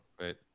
Right